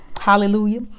Hallelujah